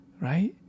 right